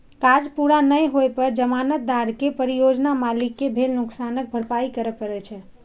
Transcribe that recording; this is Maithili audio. काज पूरा नै होइ पर जमानतदार कें परियोजना मालिक कें भेल नुकसानक भरपाइ करय पड़ै छै